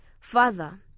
Father